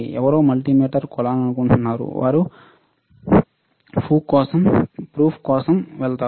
ఎవరో మల్టీమీటర్ కొనాలనుకుంటున్నారు వారు ఫ్లూక్ కోసం వెళతారు